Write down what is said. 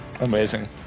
amazing